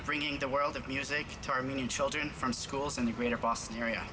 of bringing the world of music to armenian children from schools in the greater boston area